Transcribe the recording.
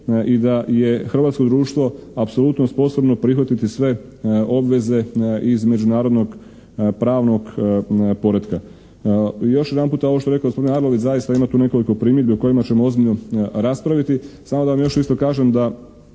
i da hrvatsko društvo apsolutno sposobno prihvatiti sve obveze iz međunarodnog pravnog poretka. Još jedanputa ovo što je rekao gospodin Arlović zaista ima tu nekoliko primjedbi o kojima ćemo ozbiljno raspraviti. Samo da vam još isto kažem da